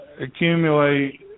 accumulate